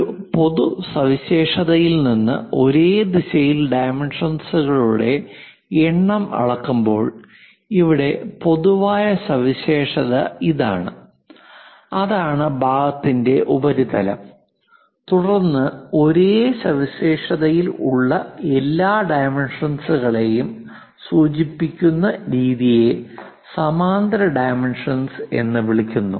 ഒരു പൊതു സവിശേഷതയിൽ നിന്ന് ഒരേ ദിശയിൽ ഡൈമെൻഷൻസ്കളുടെ എണ്ണം അളക്കുമ്പോൾ ഇവിടെ പൊതുവായ സവിശേഷത ഇതാണ് അതാണ് ഭാഗത്തിന്റെ ഉപരിതലം തുടർന്ന് ഒരേ സവിശേഷതയിൽ ഉള്ള എല്ലാ ഡൈമെൻഷൻസുകളെയും സൂചിപ്പിക്കുന്ന രീതിയെ സമാന്തര ഡൈമെൻഷൻസ് എന്ന് വിളിക്കുന്നു